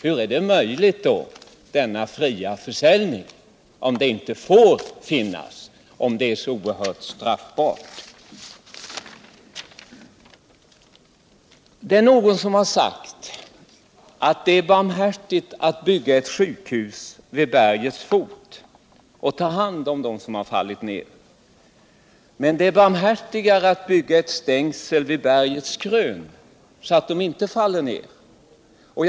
Hur kan då denna fria försäljning vara möjlig, om det inte får finnas någon narkotika och om den hanteringen är så oerhört straffbar? Någon har sagt att det är barmhärtigt att bygga ett sjukhus vid bergets fot för att kunna ta hand om dem som har fallit ner, men att det är barmhärtigare att bygga ett stängsel på bergets krön, så att de inte kan falla ner.